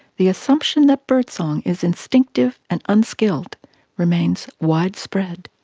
the assumption that birdsong is instinctive and unskilled remains widespread.